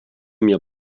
mir